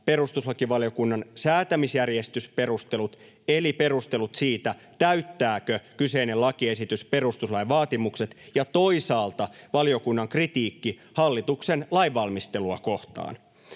perustuslakivaliokunnan säätämisjärjestysperustelut eli perustelut siitä, täyttääkö kyseinen lakiesitys perustuslain vaatimukset, ja toisaalta valiokunnan kritiikki hallituksen lainvalmistelua kohtaan.